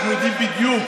אנחנו יודעים בדיוק.